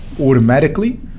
automatically